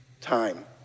Time